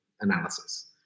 analysis